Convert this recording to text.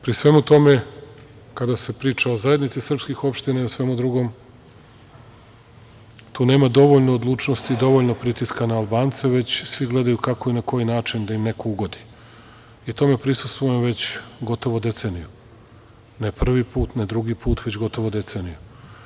Pri svemu tome kada se priča o zajednici srpskih opština i svemu drugom tu nema dovoljno odlučnosti, dovoljno pritiska na Albance, već svi gledaju kako i na koji način da im neko ugodi i tome prisustvujem već gotovo decenijama, ne prvi put, ne drugi pute, već gotovo decenijama.